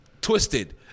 Twisted